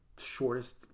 shortest